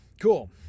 cool